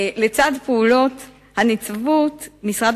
לצד פעולות הנציבות, משרד